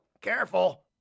Careful